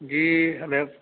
جی ہمیں